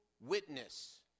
witness